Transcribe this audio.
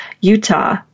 Utah